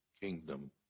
kingdom